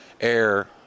air